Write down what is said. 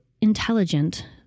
intelligent